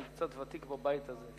אני קצת ותיק בבית הזה,